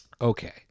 Okay